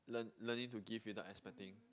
learn learning to give without expecting